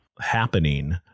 happening